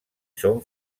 són